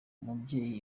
umubyeyi